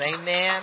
Amen